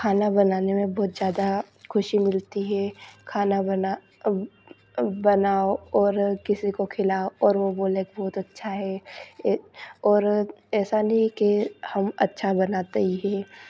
खाना बनाने में बहुत ज़्यादा ख़ुशी मिलती हे खाना बना बनाओ और किसी को खिलाओ और वो बोले बहुत अच्छा है ए और ऐसा नहीं है कि हम अच्छा बनाते ही हैं